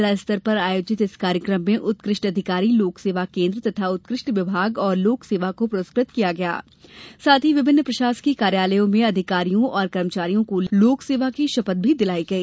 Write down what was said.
जिला स्तर पर आयोजित इस कार्यक्रम में उत्कृष्ट अधिकारी लोक सेवा केन्द्र तथा उत्कृष्ट विभाग और लोक सेवा को पुरस्कृत किया गया ै साथ ही विभिन्न प्रशासकीय कार्यालयों में अधिकारियो और कर्मचारियों को लोक सेवा की शपथ दिलाई गई